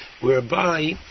whereby